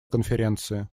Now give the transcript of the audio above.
конференции